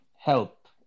help